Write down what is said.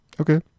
Okay